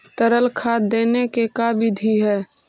तरल खाद देने के का बिधि है?